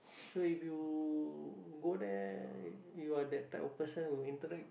so if you go there you are that type of person who interacts